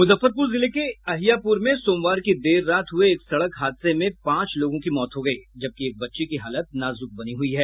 मुजफ्फरपुर जिले के अहियापुर में सोमवार की देर रात हुए एक सड़क हादसे में पांच लोगों की मौत हो गयी जबकि एक बच्ची की हालत नाजुक बनी हुई है